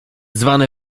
zwane